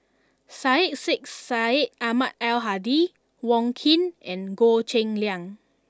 Syed Sheikh Syed Ahmad Al Hadi Wong Keen and Goh Cheng Liang